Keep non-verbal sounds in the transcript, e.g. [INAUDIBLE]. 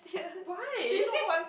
why [LAUGHS]